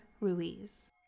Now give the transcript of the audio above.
Ruiz